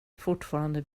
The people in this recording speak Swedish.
fortfarande